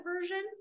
version